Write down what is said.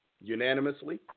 unanimously